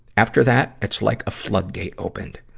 after that, it's like a floodgate opened.